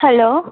hello